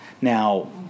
Now